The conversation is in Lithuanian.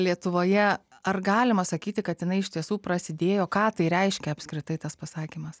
lietuvoje ar galima sakyti kad jinai iš tiesų prasidėjo ką tai reiškia apskritai tas pasakymas